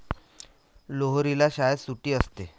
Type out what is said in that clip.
लोहरीला शाळेत सुट्टी असते